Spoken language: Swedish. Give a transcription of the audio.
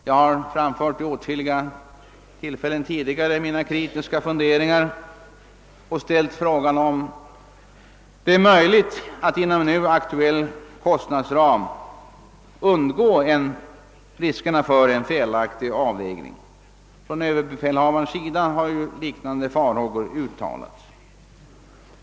Jag har vid åtskilliga tidigare tillfällen framfört mina kritiska funderingar på dessa spörsmål och ställt frågan, huruvida det är möjligt att inom nu aktuell kostnadsram undgå riskerna för en felaktig avvägning. ÖB har ju uttalat liknande farhågor.